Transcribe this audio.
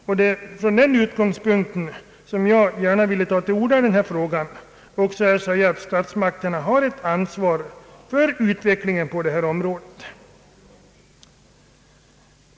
Det är från den utgångspunkten jag gärna velat ta till orda och säga att statsmakterna har ett ansvar för utvecklingen på området.